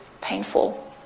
painful